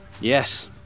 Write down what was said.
Yes